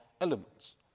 elements